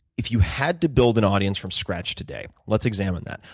if you had to build an audience from scratch today, let's examine that.